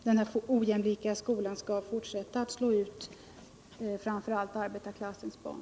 Den ojämlika skolan får inte fortsätta att slå ut framför allt arbetarklassens barn.